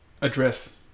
address